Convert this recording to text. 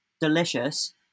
delicious